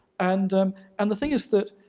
and um and the thing is that